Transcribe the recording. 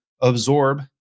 absorb